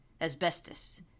asbestos